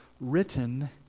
written